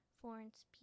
Florence